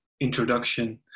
introduction